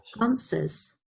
answers